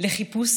לחיפוש,